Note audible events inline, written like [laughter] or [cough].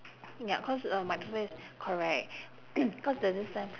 ya cause um my daughter is correct [noise] cause there's this time